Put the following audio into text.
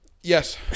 Yes